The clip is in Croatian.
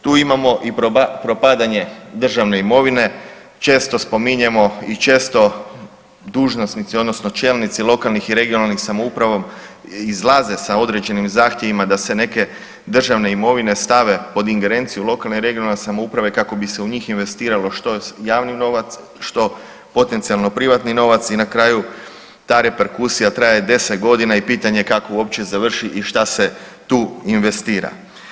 Tu imamo i propadanje državne imovine, često spominjemo i često dužnosnici odnosno čelnici lokalnih i regionalnih samouprava izlaze sa određenim zahtjevima da se neke državne imovine stave pod ingerenciju lokalne i regionalne samouprave kako bi se u njih investiralo što javni novac, što potencionalno privatni novac i na kraju ta reperkusija traje 10.g. i pitanje je kako uopće završi i šta se tu investira.